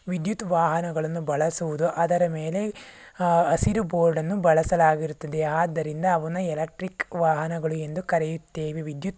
ವಿದ್ಯುತ್ ವಾಹನಗಳನ್ನು ಬಳಸುವುದು ಅದರ ಮೇಲೆ ಹಸಿರು ಬೋರ್ಡನ್ನು ಬಳಸಲಾಗಿರುತ್ತದೆ ಆದ್ದರಿಂದ ಅವನ್ನು ಎಲೆಕ್ಟ್ರಿಕ್ ವಾಹನಗಳು ಎಂದು ಕರೆಯುತ್ತೇವೆ ವಿದ್ಯುತ್